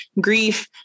grief